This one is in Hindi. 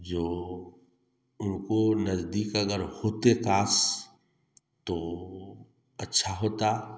जो उनको नजदीक अगर होते काश तो अच्छा होता